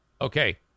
Okay